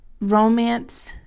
romance